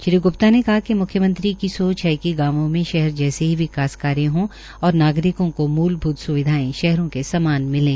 श्री ग्प्ता ने कहा कि म्ख्यमंत्री की सोच है कि गांवों में शहर जैसे ही विकास कार्य हों और नागरिकों को मूलभूत स्विधाएं शहरों के समान मिले